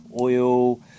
oil